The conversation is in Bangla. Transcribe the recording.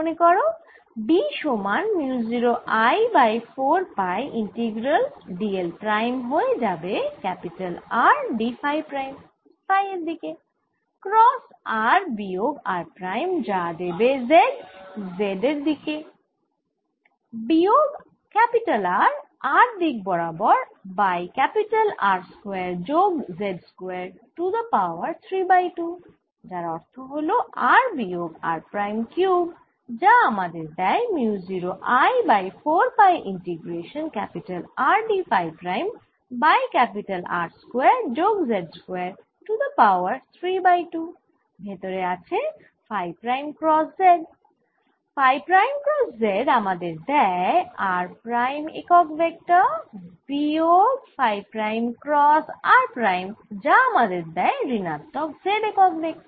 মনে করো B সমান mu 0 I by 4 pi integration d l prime হয়ে যাবে R d phi prime phi এর দিকে ক্রস r বিয়োগ r প্রাইম যা দেবে z z দিক বিয়োগ R r দিক বরাবর বাই R স্কয়ার যোগ z square to the power 3 by 2 যার অর্থ হল r বিয়োগ r প্রাইম কিউব যা আমাদের দেয় mu 0 I by 4 pi integration R d phi prime by R square যোগ z square to the power 3 by 2 ভেতরে আছে phi prime cross z phi prime cross z আমাদের দেয় r প্রাইম একক ভেক্টর বিয়োগ phi prime cross r prime আমাদের দেয় ঋণাত্মক z একক ভেক্টর